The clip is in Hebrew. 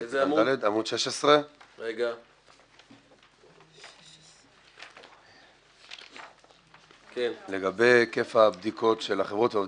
עמ' 16. לגבי היקף הבדיקות של החברות והעובדים,